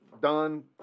done